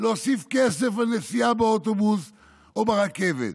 להוסיף כסף על נסיעה באוטובוס או ברכבת?